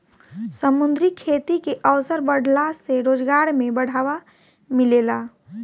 समुंद्री खेती के अवसर बाढ़ला से रोजगार में बढ़ावा मिलेला